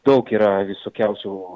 daug yra visokiausių